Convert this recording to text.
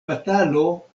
batalo